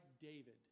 David